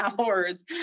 hours